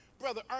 Brother